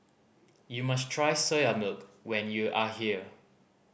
you must try Soya Milk when you are here